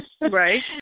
Right